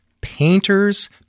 painters